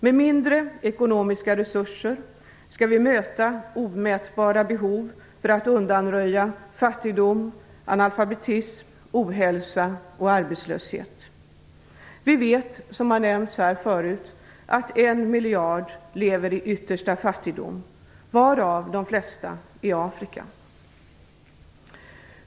Med mindre ekonomiska resurser skall vi möta omätbara behov för att undanröja fattigdom, analfabetism, ohälsa och arbetslöshet. Som tidigare har nämnts vet vi att 1 miljard lever i yttersta fattigdom, varav de flesta i Afrika.